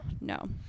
no